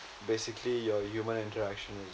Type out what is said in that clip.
basically your human interaction is